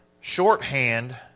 shorthand